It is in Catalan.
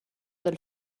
del